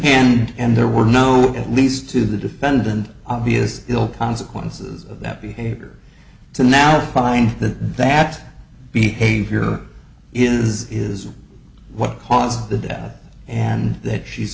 off and there were no at least to the defendant obvious ill consequences of that behavior to now find that that behavior is is what caused the death and that she's